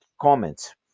comments